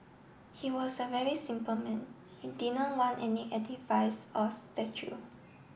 he was a very simple man he did not want any edifice or statue